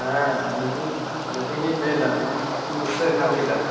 ᱦᱮᱸ ᱢᱟ ᱡᱷᱤ ᱢᱟᱹᱡᱷᱤ ᱜᱮᱧ ᱞᱟᱹᱭᱮᱫᱟ ᱢᱟ ᱪᱮᱫ ᱮᱢ ᱫᱤᱥᱟᱹ ᱧᱟᱢ ᱠᱮᱫᱟ